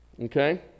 Okay